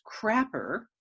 crapper